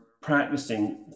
practicing